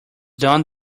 done